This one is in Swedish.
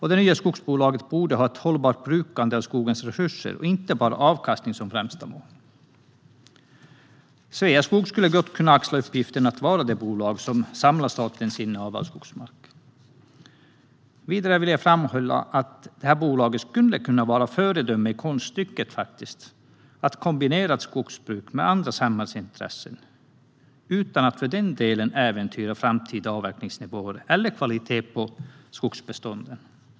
Det nya skogsbolaget borde ha ett hållbart brukande av skogens resurser och inte bara avkastning som främsta mål. Sveaskog skulle gott kunna axla uppgiften att vara det bolag som samlar statens innehav av skogsmark. Vidare vill jag framhålla att detta bolag skulle kunna vara föredöme i konststycket att kombinera ett skogsbruk med andra samhällsintressen utan att för den delen äventyra framtida avverkningsnivåer eller kvalitet på skogsbeståndet.